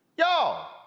Y'all